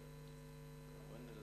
אין, ונגד, אין.